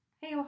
hey